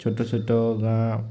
ଛୋଟ ଛୋଟ ଗାଁ